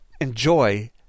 enjoy